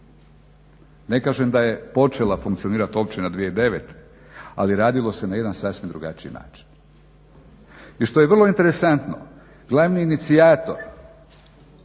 ne kažem da je počela funkcionirati općina 2009. ali radilo se na jedan sasvim drugačiji način. I što je vrlo interesantno glavni inicijator